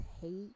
hate